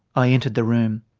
i entered the room.